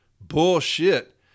Bullshit